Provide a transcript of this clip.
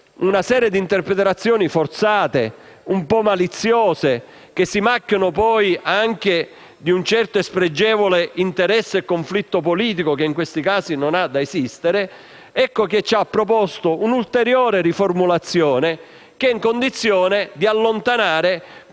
una serie di interpretazioni forzate e un po' maliziose che si macchiano poi anche di un certo spregevole interesse e conflitto politico (che in questi casi non ha ragione di essere), il relatore ci ha proposto un'ulteriore riformulazione che ci mette nelle condizioni di allontanare